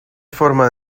forma